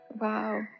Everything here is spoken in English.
Wow